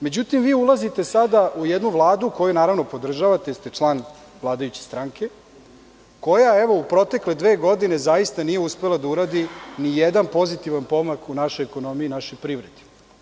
Međutim, vi ulazite sada u jednu Vladu koju naravno podržavate jer ste član vladajuće stranke, koja evo u protekle dve godine zaista nije uspela da uradi ni jedan pozitivan pomak u našoj ekonomiji i našoj privredi.